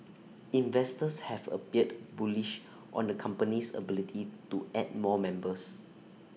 investors have appeared bullish on the company's ability to add more members